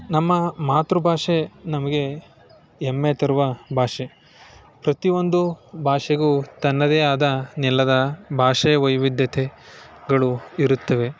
ನಮ್ಮ ಮಾತೃ ಭಾಷೆ ನಮಗೆ ಹೆಮ್ಮೆ ತರುವ ಭಾಷೆ ಪ್ರತಿಯೊಂದು ಭಾಷೆಗೂ ತನ್ನದೇ ಆದ ನೆಲದ ಭಾಷೆ ವೈವಿಧ್ಯತೆಗಳು ಇರುತ್ತವೆ